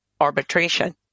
arbitration